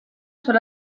son